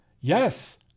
Yes